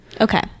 Okay